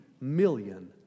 million